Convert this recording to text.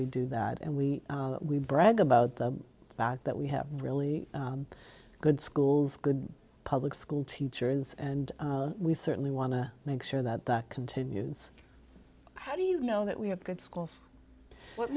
we do that and we brag about the fact that we have really good schools good public school teachers and we certainly want to make sure that continues how do you know that we have good schools what